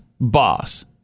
boss